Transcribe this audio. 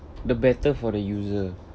the better for the user